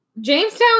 Jamestown